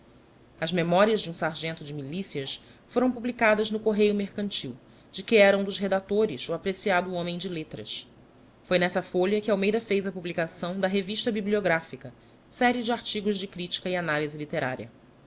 as memorias de um sargento de milícias foram publicadas no correio mercantil de que era um dos redactores o apreciado homem de letras foi nessa folha que almeida fez a publicação da revista bibltographica série de artigos de critica e analyse literária